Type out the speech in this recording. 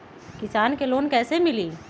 किसान के लोन कैसे मिली?